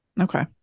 Okay